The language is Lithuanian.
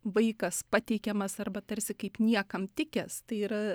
vaikas pateikiamas arba tarsi kaip niekam tikęs tai yra